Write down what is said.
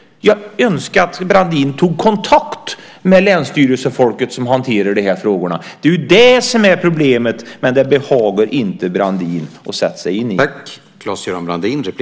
Jag önskar att Brandin tog kontakt med länsstyrelsefolket som hanterar de här frågorna. Det är problemet. Men det behagar inte Brandin att sätta sig in i.